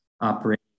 operating